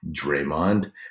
Draymond